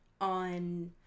on